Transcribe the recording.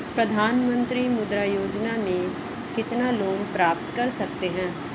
प्रधानमंत्री मुद्रा योजना में कितना लोंन प्राप्त कर सकते हैं?